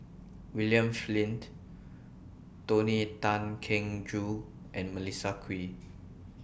William Flint Tony Tan Keng Joo and Melissa Kwee